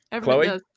Chloe